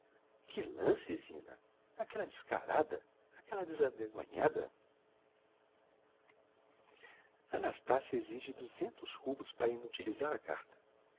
que lance zina aquella descarada aquella desavergonhada a nastassia exige duzentos rublos para inutilizar a carta